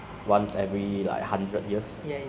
how to say it is discovered in ah